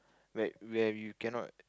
where where you cannot